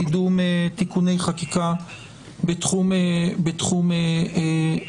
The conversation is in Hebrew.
קידום תיקוני חקיקה בתחום הבחירות.